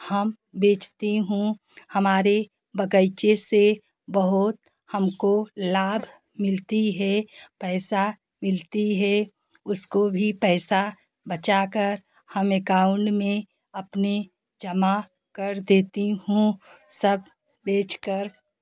हम बेचती हूँ हमारे बगीचे से बहुत हमको लाभ मिलती है पैसा मिलती है उसको भी पैसा बचाकर हम एकाउंड में अपने जमा कर देती हूँ सब बेचकर